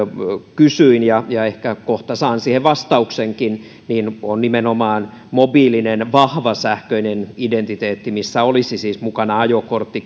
kysyin ja ja ehkä kohta saan siihen vastauksenkin on nimenomaan mobiilinen vahva sähköinen identiteetti missä olisi siis mukana ajokortti